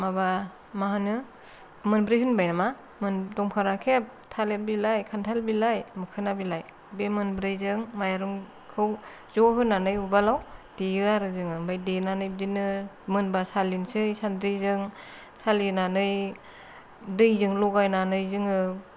माबा मा होनो मोनब्रै होनबाय नामा दंफां राखेब थालिर बिलाइ खान्थाल बिलाइ मोखोना बिलाइ बे मोनब्रैजों माइरंखौ ज' होनानै उवालाव देयो आरो जों ओमफ्राय देनानै बिदिनो मोनबा सालिनोसै सानद्रिजों सालिनानै दैजों लगायनानै जोङो